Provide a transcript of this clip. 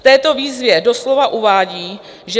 V této výzvě doslova uvádí, že